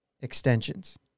extensions